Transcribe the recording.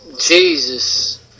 Jesus